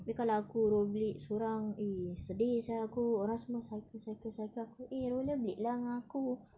abeh kalau aku roller blade sorang eh sedih sia aku orang semua cycle cycle cycle aku eh roller blade dengan aku